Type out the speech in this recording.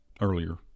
earlier